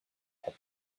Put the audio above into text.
had